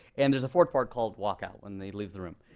and there's a four part called walk out when they leave the room.